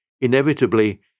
Inevitably